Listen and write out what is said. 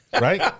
Right